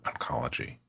oncology